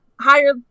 higher